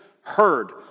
heard